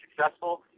successful